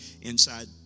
inside